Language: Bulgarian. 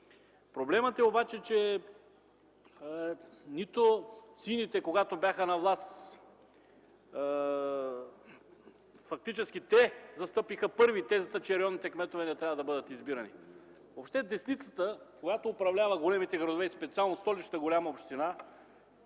Проблемът обаче е, че нито сините, когато бяха на власт, фактически те застъпиха първи тезата, че районните кметове не трябва да бъдат избирани. Въобще десницата, която управлява големите градове и по-специално Столична голяма община,